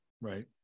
right